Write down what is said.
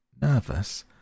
Nervous